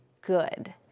good